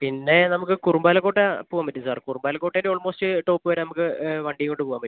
പിന്നെ നമുക്ക് കുറുമ്പാലക്കോട്ട പോകാൻ പറ്റും സർ കുറുമ്പാലക്കോട്ടയൊക്കെ ഓൾമോസ്റ്റ് ടോപ്പ് വരെ നമുക്ക് വണ്ടിയും കൊണ്ട് പോകാൻപറ്റും